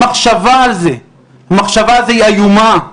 המחשבה על זה היא איומה.